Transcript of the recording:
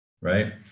right